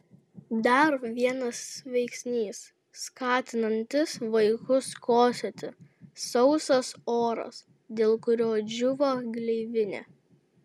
dar vienas veiksnys skatinantis vaikus kosėti sausas oras dėl kurio džiūva gleivinė